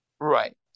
Right